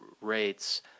rates